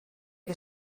que